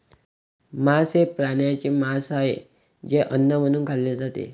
मांस हे प्राण्यांचे मांस आहे जे अन्न म्हणून खाल्ले जाते